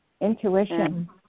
intuition